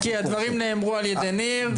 יקי הדברים נאמרו על ידי ניר.